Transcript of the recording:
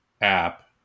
app